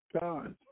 God